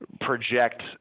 project